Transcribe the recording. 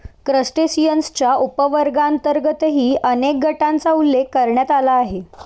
क्रस्टेशियन्सच्या उपवर्गांतर्गतही अनेक गटांचा उल्लेख करण्यात आला आहे